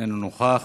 איננו נוכח.